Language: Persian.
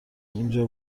اینجا